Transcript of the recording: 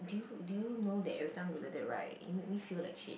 do you do you know that every time you like that right you make me feel like shit